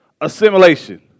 assimilation